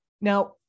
Now